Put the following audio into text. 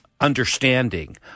understanding